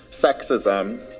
sexism